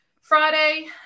Friday